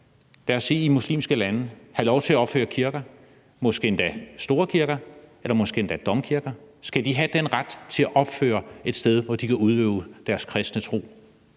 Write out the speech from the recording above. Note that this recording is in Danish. lad os sige i muslimske lande have lov til at opføre kirker, måske endda store kirker eller måske endda domkirker? Skal de have den ret til at opføre et sted, hvor de kan udøve deres kristne tro?